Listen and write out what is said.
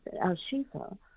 Al-Shifa